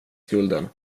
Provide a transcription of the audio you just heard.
skulden